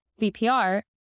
VPR